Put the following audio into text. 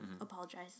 apologize